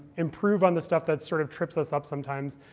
improve on the stuff that sort of trips us up sometimes.